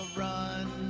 run